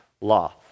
law